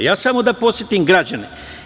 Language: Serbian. Samo da podsetim građane.